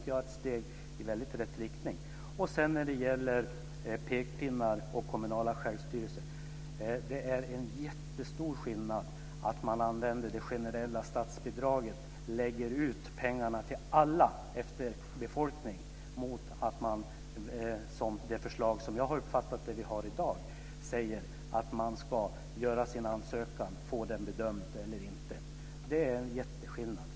Det var ett steg i rätt riktning. När det gäller pekpinnar och kommunal självstyrelse. Det är en jättestor skillnad att man använder det generella statsbidraget, lägger ut pengarna till alla i befolkningen mot att vi - som i det förslag som jag har uppfattat vi har i dag - säger att man ska göra sin ansökan och få den bedömd eller inte. Det är en jätteskillnad.